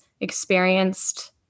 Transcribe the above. experienced